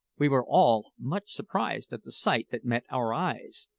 we were all much surprised at the sight that met our eyes.